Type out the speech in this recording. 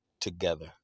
together